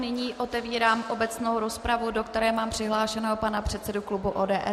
Nyní otevírám obecnou rozpravu, do které mám přihlášeného pana předsedu klubu ODS.